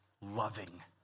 loving